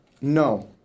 No